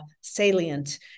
salient